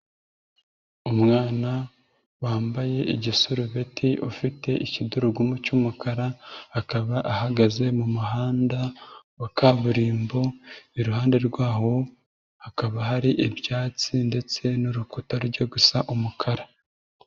Umwana wambaye igisurubeti ufite ikidurugumu cy'umukara, akaba ahagaze mu muhanda wa kaburimbo iruhande rwaho, hakaba hari ibyatsi ndetse n'urukuta rujya gusa umukara.